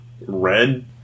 Red